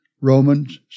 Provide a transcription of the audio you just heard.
Romans